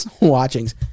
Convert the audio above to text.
watchings